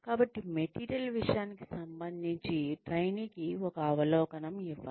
కాబట్టి మెటీరియల్ విషయానికి సంబంధించి ట్రైనీకి ఒక అవలోకనం ఇవ్వాలి